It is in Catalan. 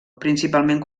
principalment